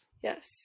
Yes